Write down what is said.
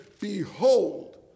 Behold